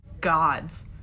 gods